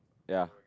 ya